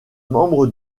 membre